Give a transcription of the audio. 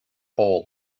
all